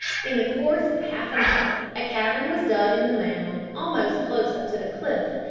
in the course of half an hour a cavern was dug in the mound almost close up to the cliff,